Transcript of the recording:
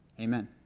Amen